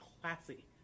classy